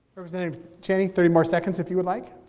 representative cheney, thirty more seconds if you would like.